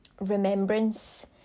remembrance